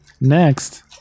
next